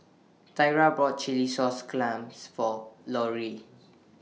Tyra bought Chilli Sauce Clams For Lorrie